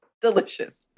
delicious